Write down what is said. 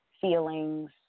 feelings